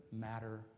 matter